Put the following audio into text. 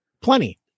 Plenty